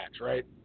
right